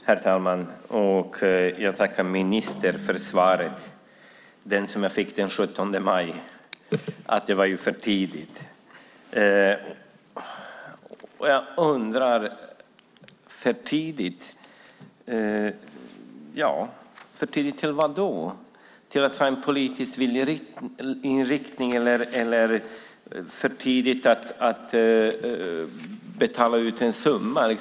Herr talman! Jag tackar ministern för svaret, det som jag fick den 17 maj, att det var för tidigt. Jag undrar: För tidigt för vadå, för tidigt för att ha en politisk viljeinriktning eller för tidigt att betala ut en summa?